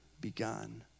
begun